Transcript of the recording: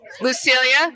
Lucilia